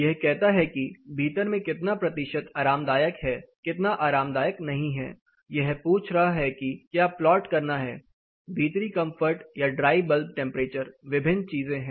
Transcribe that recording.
यह कहता है कि भीतर में कितना प्रतिशत आरामदायक है कितना आरामदायक नहीं है यह पूछ रहा है कि क्या प्लॉट करना है भीतरी कंफर्ट या ड्राई बल्ब टेंपरेचर विभिन्न चीजें हैं